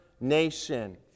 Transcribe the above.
nation